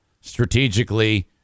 strategically